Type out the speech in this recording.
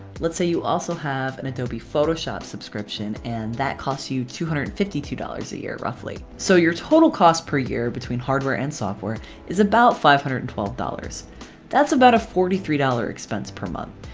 let's say you also have an adobe photoshop subscription and that costs you two hundred and fifty two dollars a year roughly. so your total cost per year between hardware and software is about five hundred and twelve dollars that's about a forty three dollars expense per month.